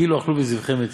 כאילו אכלו מזבחי מתים,